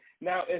Now